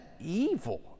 evil